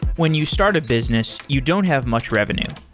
when you start a business, you don't have much revenue.